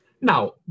Now